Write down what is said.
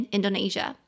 Indonesia